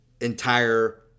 entire